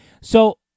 So-